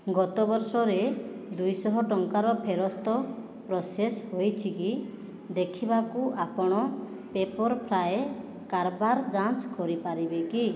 ଗତ ବର୍ଷରେ ଦୁଇଶହ ଟଙ୍କାର ଫେରସ୍ତ ପ୍ରୋସେସ୍ ହୋଇଛିକି ଦେଖିବାକୁ ଆପଣ ପେପର୍ ଫ୍ରାଏ କାରବାର ଯାଞ୍ଚ କରିପାରିବେ କି